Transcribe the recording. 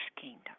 kingdom